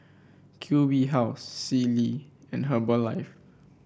Q B House Sealy and Herbalife